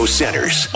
centers